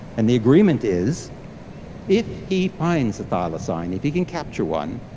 and the agreement is if he finds a thylacine, if he can capture one,